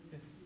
Yes